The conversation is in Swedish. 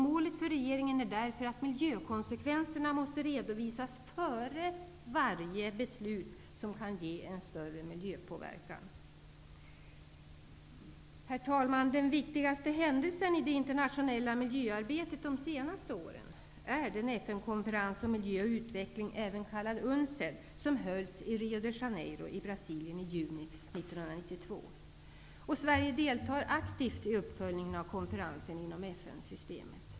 Målet för regeringen är därför att miljökonsekvenserna måste redovisas före varje beslut som kan ge en större miljöpåverkan. Herr talman! Den viktigaste händelsen i det internationella miljöarbetet de senaste åren är den Sverige deltar aktivt i uppföljningen av konferensen inom FN-systemet.